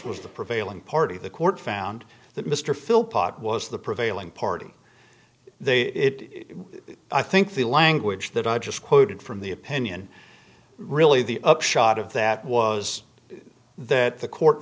was the prevailing party of the court found that mr phil pot was the prevailing party they it i think the language that i just quoted from the opinion really the upshot of that was that the court